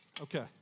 Okay